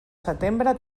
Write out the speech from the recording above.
setembre